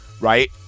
right